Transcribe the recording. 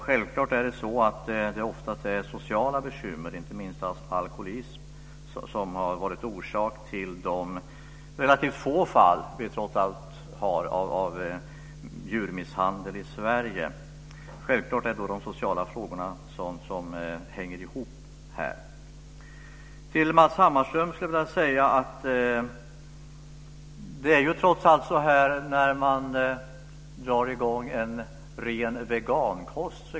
Det är självfallet oftast sociala bekymmer, inte minst alkoholism, som har varit orsak till de relativt få fall av djurmisshandel som vi trots allt har haft i Sverige. De sociala bitarna hänger självfallet ihop med detta. Till Matz Hammarström skulle jag vilja säga att det trots allt är bra med kunskap när man drar i gång med ren vegankost.